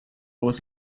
was